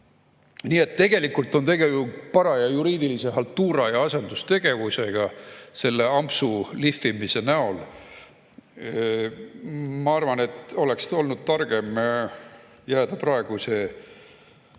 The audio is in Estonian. Nii et tegelikult on tegu paraja juriidilise haltuura ja asendustegevusega selle ampsu lihvimise näol. Ma arvan, et oleks olnud targem jääda praeguse